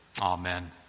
Amen